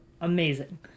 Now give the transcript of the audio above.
amazing